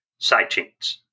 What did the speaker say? sidechains